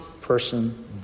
person